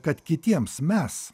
kad kitiems mes